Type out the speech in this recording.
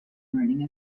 learning